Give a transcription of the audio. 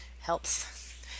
helps